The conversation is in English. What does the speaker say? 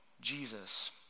Jesus